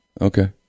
Okay